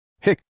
Hick